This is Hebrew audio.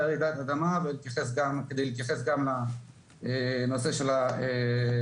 רעידת האדמה כדי להתייחס גם לנושא של המפעלים.